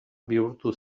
bihurtu